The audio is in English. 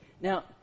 Now